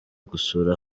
gusura